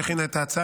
שהכינה את ההצעה,